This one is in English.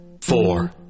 four